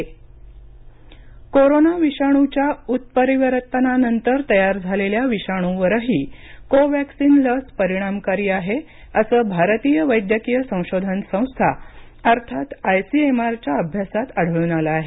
Covaxin corona विषाणूच्या उत्परिवर्तनानंतर तयार झालेल्या विषाणूवरही कोवॅक्सिन लस परिणामकारी आहे असं भारतीय वैद्यकीय संशोधन संस्था अर्थात आयसीएमआर च्या अभ्यासात आढळून आलं आहे